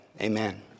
amen